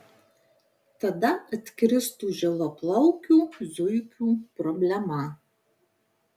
tada atkristų žilaplaukių zuikių problema